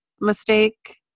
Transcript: mistake